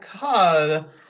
god